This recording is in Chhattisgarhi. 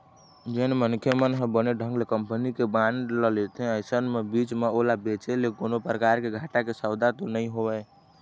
जेन मनखे मन ह बने ढंग के कंपनी के बांड ल लेथे अइसन म बीच म ओला बेंचे ले कोनो परकार के घाटा के सौदा तो नइ होवय